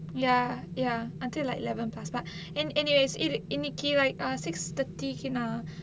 ya ya until like eleven plus but in anyways இன்னிக்கு:innikku like uh six thirty கு நான்:ku naan